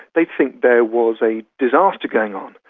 they'd think there was a disaster going on.